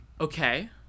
Okay